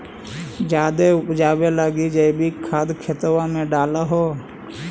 जायदे उपजाबे लगी जैवीक खाद खेतबा मे डाल हो?